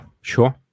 sure